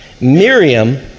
Miriam